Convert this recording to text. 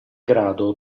grado